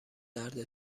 درد